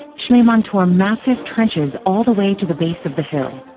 schliemann tore massive trenches all the way to the base of the hill.